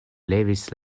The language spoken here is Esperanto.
levis